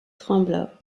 trembla